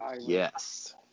Yes